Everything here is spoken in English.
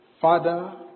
Father